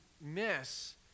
miss